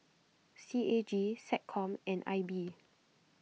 C A G SecCom and I B